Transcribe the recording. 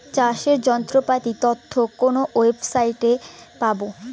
চাষের যন্ত্রপাতির তথ্য কোন ওয়েবসাইট সাইটে পাব?